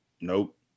nope